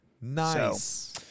Nice